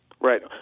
Right